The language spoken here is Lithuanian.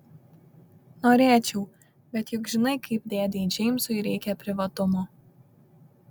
norėčiau bet juk žinai kaip dėdei džeimsui reikia privatumo